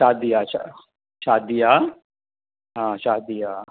शादी आहे शा शादी आहे हां शादी आहे